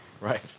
right